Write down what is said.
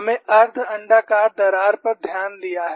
हमने अर्ध अण्डाकार दरार पर ध्यान दिया है